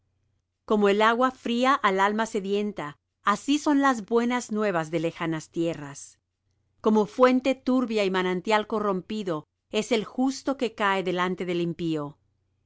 como el agua fría al alma sedienta así son las buenas nuevas de lejanas tierras como fuente turbia y manantial corrompido es el justo que cae delante del impío